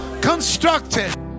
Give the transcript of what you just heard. constructed